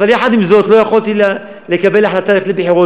אבל יחד עם זאת לא יכולתי לקבל החלטה על בחירות